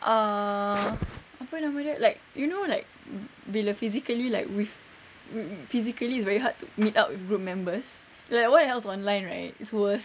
uh apa nama dia like you know like bila physically like with physically it's very hard to meet up with group members like what else online right it's worse